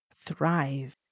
thrive